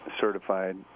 certified